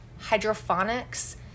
hydrophonics